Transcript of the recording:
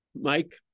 Mike